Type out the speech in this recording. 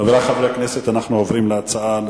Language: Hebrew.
חברי חברי הכנסת, אנחנו עוברים לנושא: